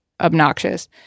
obnoxious